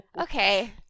okay